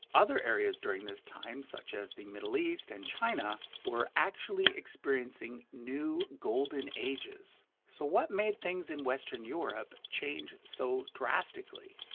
other areas during this time, such as the middle east and china, were actually experiencing new golden ages. so what made things in western europe change so drastically?